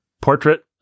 portrait